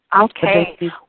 Okay